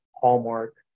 hallmark